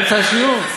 באמצע השיעור?